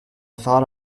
thought